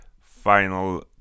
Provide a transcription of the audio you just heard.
final